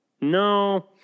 no